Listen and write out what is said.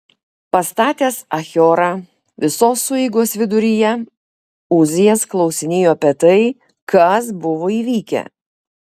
pastatęs achiorą visos sueigos viduryje uzijas klausinėjo apie tai kas buvo įvykę